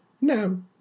No